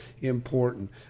important